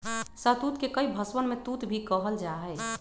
शहतूत के कई भषवन में तूत भी कहल जाहई